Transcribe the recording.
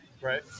right